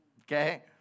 Okay